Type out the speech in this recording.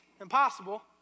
impossible